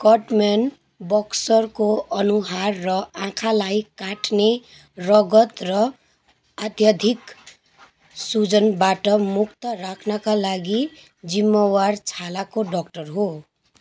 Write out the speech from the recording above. cutman बक्सरको अनुहार र आँखालाई काट्ने रगत र अत्याधिक सूजनबाट मुक्त राख्नका लागि जिम्मेवार छालाको डक्टर हो